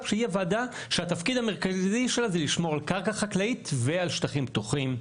שהיא הוועדה שתפקידה המרכזי הוא לשמור על קרקע חקלאית ועל שטחים פתוחים.